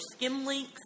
SkimLinks